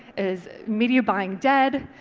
is media buying dead?